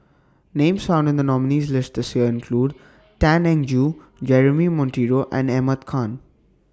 Names found in The nominees' list This Year include Tan Eng Joo Jeremy Monteiro and Ahmad Khan